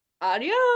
Adios